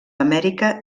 amèrica